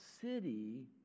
city